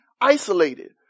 isolated